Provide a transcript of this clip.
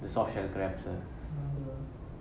the soft shell crabs lah